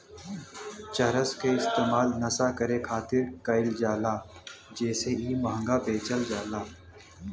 चरस के इस्तेमाल नशा करे खातिर कईल जाला जेसे इ महंगा बेचल जाला